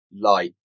light